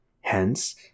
Hence